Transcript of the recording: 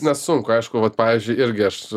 nesunku aišku vat pavyzdžiui irgi aš